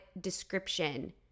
description